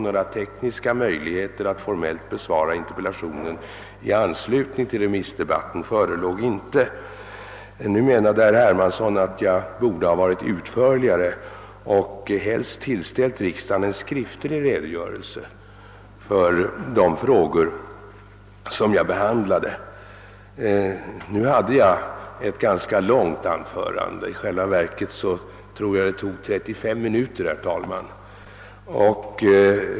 Några tekniska möjligheter att formellt besvara interpellationen i anslutning till remissdebatten förelåg därför inte. Nu menade herr Hermansson att jag borde ha varit mera utförlig och helst tillställt riksdagen en skriftlig redogörelse för de frågor som jag behandlade i mitt inlägg under remissdebatten. Jag hade ett ganska långt anförande under remissdebatten — i själva verket tog det 35 minuter, herr talman.